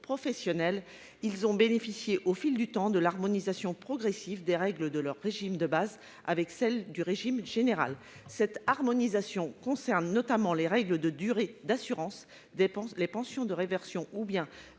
ils ont bénéficié, au fil du temps, de l'harmonisation progressive des règles de leur régime de base avec celles du régime général. Cette harmonisation concerne notamment les règles de durée d'assurance, les pensions de réversion ou bien